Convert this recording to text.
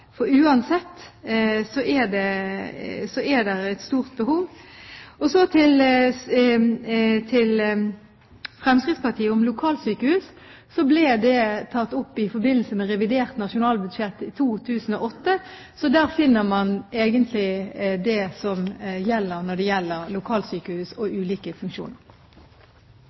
Uansett er det et stort behov. Så til Fremskrittspartiet og lokalsykehus. Det ble tatt opp i forbindelse med revidert nasjonalbudsjett i 2008, så der finner man egentlig det som gjelder lokalsykehus og ulike funksjoner. Etter denne debatten kan vi konstatere at Regjeringen har stilt et helt grunnleggende og betimelig spørsmål når det gjelder